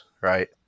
right